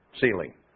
ceiling